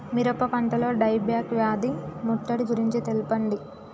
మిరప పంటలో die back వ్యాధి ముట్టడి గురించి తెల్పండి?